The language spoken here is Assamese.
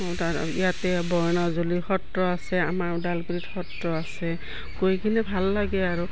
ত ইয়াতে বৰ্ণজুলীৰ সত্ৰ আছে আমাৰ ওদালগুৰিত সত্ৰ আছে গৈ কিনে ভাল লাগে আৰু